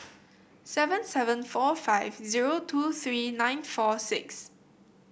seven seven four five zero two three nine four six